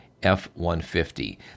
F-150